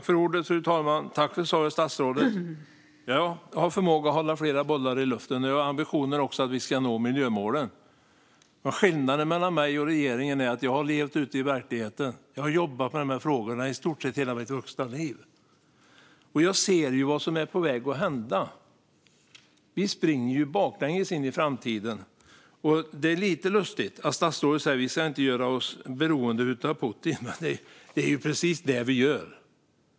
Fru talman! Tack för svaret, statsrådet! Jag har förmåga att hålla flera bollar i luften. Jag har också ambitionen att vi ska nå miljömålen. Men skillnaden mellan mig och regeringen är att jag har levt ute i verkligheten. Jag har jobbat med de här frågorna i stort sett hela mitt vuxna liv. Jag ser vad som är på väg att hända. Vi springer baklänges in i framtiden. Det är lite lustigt att statsrådet säger att vi inte ska göra oss beroende av Putin. Det är precis det vi gör.